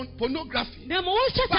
pornography